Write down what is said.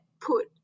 put